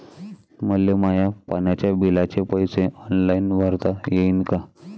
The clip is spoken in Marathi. मले माया पाण्याच्या बिलाचे पैसे ऑनलाईन भरता येईन का?